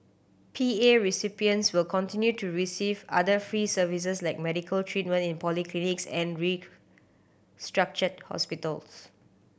P A recipients will continue to receive other free services like medical treatment in polyclinics and restructured hospitals